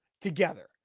together